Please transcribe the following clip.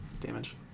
Damage